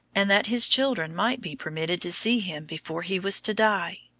and that his children might be permitted to see him before he was to die.